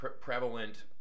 prevalent